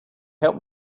help